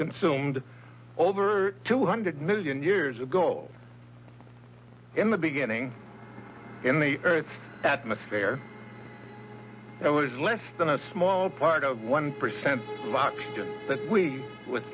consumed over two hundred million years ago in the beginning in the earth's atmosphere it was less than a small part of one percent but with